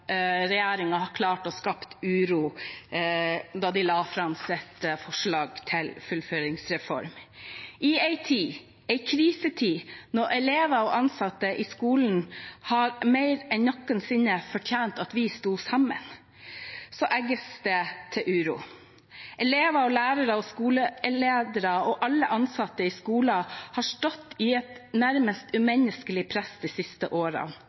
uro da de la fram sitt forslag til fullføringsreform. I en tid – en krisetid – da elever og ansatte i skolen mer enn noensinne har fortjent at vi sto sammen, egges det til uro. Elever, lærere, skoleledere og alle ansatte i skolen har stått i et nærmest umenneskelig press de siste